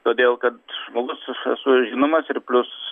todėl kad žmogus aš esu žinomas ir plius